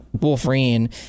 Wolverine